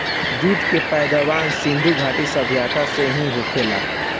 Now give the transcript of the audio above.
jute के पैदावार सिधु घाटी सभ्यता से ही होखेला